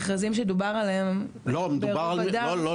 אבל המכרזים שדובר עליהם --- לא נכון.